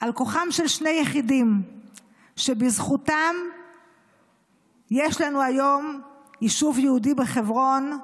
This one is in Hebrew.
על כוחם של שני יחידים שבזכותם יש לנו היום יישוב יהודי בחברון.